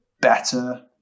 better